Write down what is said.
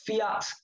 fiat